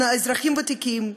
אזרחים ותיקים,